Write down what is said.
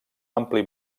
ampli